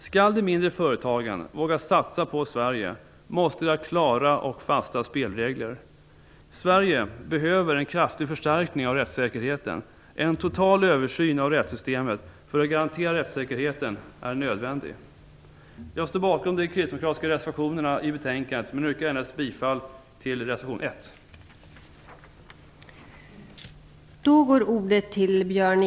Skall de mindre företagen våga satsa på Sverige måste de ha klara och fasta spelregler. Sverige behöver en kraftig förstärkning av rättssäkerheten. En total översyn av rättssystemet för att garantera rättssäkerheten är nödvändig. Jag står bakom de kristdemokratiska reservationerna i betänkandet, men yrkar bifall endast till reservation nr. 1.